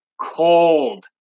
cold